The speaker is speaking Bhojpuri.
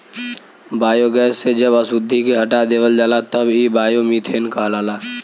बायोगैस से जब अशुद्धि के हटा देवल जाला तब इ बायोमीथेन कहलाला